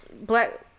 black